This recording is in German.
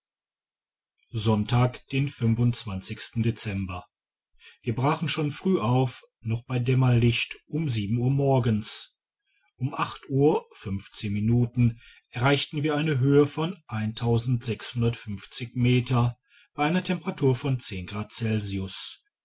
sonntag den dezember wir brachen schon früh auf noch bei dämmerlicht um sieben uhr morgens um uhr minuten erreichten wir eine höhe von meter bei einer temperatur von grad celsius